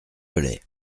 velay